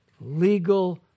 legal